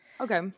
Okay